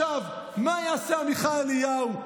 עכשיו מה יעשה עמיחי אליהו,